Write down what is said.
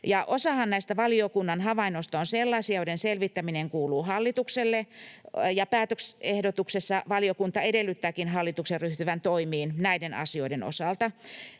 Osahan näistä valiokunnan havainnoista on sellaisia, joiden selvittäminen kuuluu hallitukselle, ja päätösehdotuksessa valiokunta edellyttääkin hallituksen ryhtyvän toimiin näiden asioiden osalta.